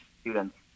students